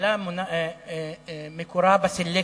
השפלה שמקורה בסלקציה.